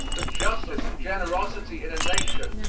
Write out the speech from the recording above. but justice and generosity in a nation,